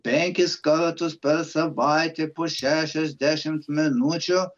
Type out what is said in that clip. penkis kartus per savaitę po šešiasdešimt minučių